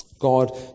God